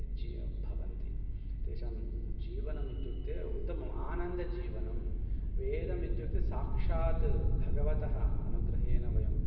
जीवनं भवन्ति तेषां जीवनमित्युक्ते उत्तमम् आनन्दजीवनं वेदमित्युक्ते साक्षात् भगवतः अनुग्रहेण वयम्